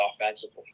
offensively